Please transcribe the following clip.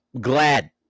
glad